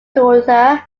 daughter